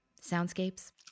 soundscapes